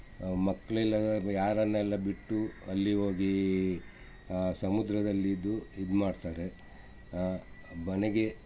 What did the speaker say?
ನಾವು ಮಕ್ಕಳೆಲ್ಲ ಯಾರನ್ನೆಲ್ಲ ಬಿಟ್ಟು ಅಲ್ಲಿ ಹೋಗೀ ಆ ಸಮುದ್ರದಲ್ಲಿದ್ದು ಇದು ಮಾಡ್ತಾರೆ ಮನೆಗೆ